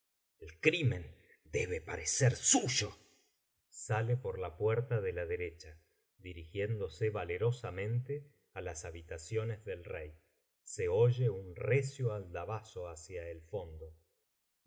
el crimen debe parecer suyo saie por la puerta de la derecha dirigiéndose valerosamente á las habitaciones del rey se oye un recio aldabazo hacia el fondo